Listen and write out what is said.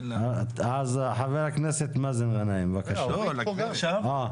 אני אדבר מאוחר יותר.